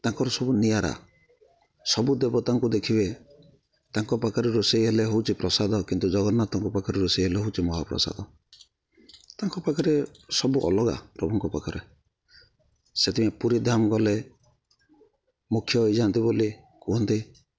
ତାଙ୍କର ସବୁ ନିଆରା ସବୁ ଦେବତାଙ୍କୁ ଦେଖିବେ ତାଙ୍କ ପାଖରେ ରୋଷେଇ ହେଲେ ହେଉଛି ପ୍ରସାଦ କିନ୍ତୁ ଜଗନ୍ନାଥ ତାଙ୍କ ପାଖରେ ରୋଷେଇ ହେଲେ ହେଉଛି ମହାପ୍ରସାଦ ତାଙ୍କ ପାଖରେ ସବୁ ଅଲଗା ପ୍ରଭୁଙ୍କ ପାଖରେ ସେଥିପାଇଁ ପୁରୀ ଧାମ ଗଲେ ମୋକ୍ଷ ହେଇଯାଆନ୍ତି ବୋଲି କୁହନ୍ତି